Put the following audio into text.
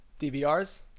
dvrs